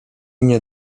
nie